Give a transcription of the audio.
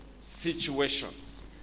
situations